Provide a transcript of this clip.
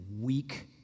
weak